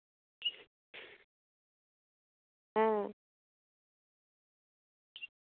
হ্যাঁ